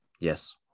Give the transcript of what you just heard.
Yes